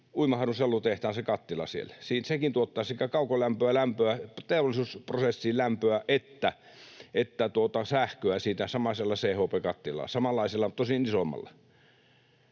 Uimaharjun sellutehtaan kattila siellä. Sekin tuottaa sekä kaukolämpöä, teollisuusprosessin lämpöä, että sähköä siitä samanlaisella CHP-kattilalla — samanlaisella, tosin isommalla.